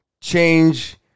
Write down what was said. change